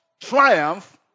triumph